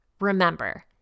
Remember